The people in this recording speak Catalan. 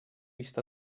vist